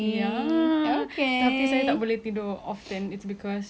ya tapi saya tak boleh tidur often it's cause